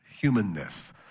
humanness